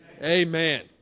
Amen